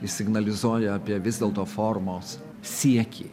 jis signalizuoja apie vis dėlto formos siekį